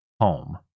home